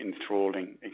enthralling